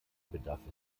bedarf